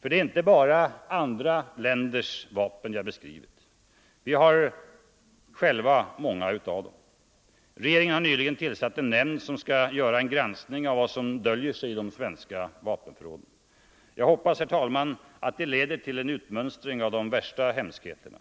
För det är inte bara andra länders vapen jag beskrivit — vi har själva många av dem. Regeringen har nyligen tillsatt en nämnd som skall göra en granskning av vad som döljer sig i de svenska vapenförråden. Jag hoppas, herr talman, att det leder till en utmönstring av de värsta hemskheterna.